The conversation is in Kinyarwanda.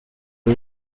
y’u